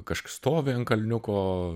kažkas stovi ant kalniuko